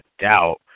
doubt